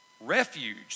refuge